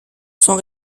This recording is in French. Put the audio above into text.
sans